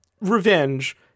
revenge